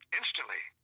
instantly